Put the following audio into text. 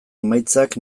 emaitzak